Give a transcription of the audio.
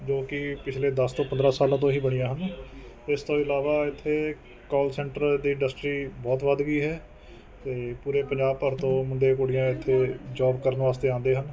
ਜੋ ਕਿ ਪਿਛਲੇ ਦਸ ਤੋਂ ਪੰਦਰਾਂ ਸਾਲਾਂ ਤੋਂ ਹੀ ਬਣੀਆ ਹਨ ਇਸ ਤੋਂ ਇਲਾਵਾ ਇੱਥੇ ਕੋਲ ਸੈਂਟਰ ਦੀ ਇੰਡਸਟਰੀ ਬਹੁਤ ਵੱਧ ਗਈ ਹੈ ਅਤੇ ਪੂਰੇ ਪੰਜਾਬ ਭਰ ਤੋਂ ਮੁੰਡੇ ਕੁੜੀਆਂ ਇੱਥੇ ਜੋਬ ਕਰਨ ਵਾਸਤੇ ਆਉਂਦੇ ਹਨ